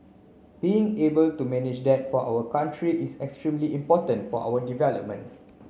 being able to manage that for our country is extremely important for our